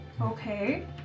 Okay